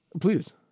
Please